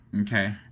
okay